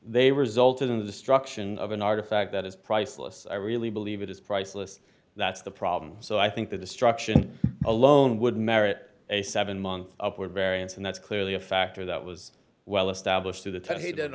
they resulted in the destruction of an artifact that is priceless i really believe it is priceless that's the problem so i think the destruction alone would merit a seven month upward variance and that's clearly a factor that was well established